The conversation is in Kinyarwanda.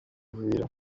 uvira